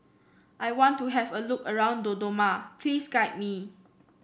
I want to have a look around Dodoma please guide me